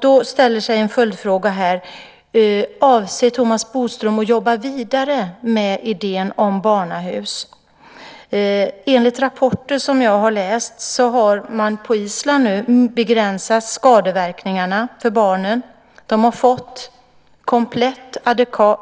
Då inställer sig en följdfråga: Avser Thomas Bodström att jobba vidare med idén om barnahus? Enligt rapporter som jag har läst har man på Island begränsat skadeverkningarna för barnen. De har fått komplett,